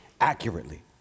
accurately